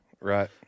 right